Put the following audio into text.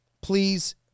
please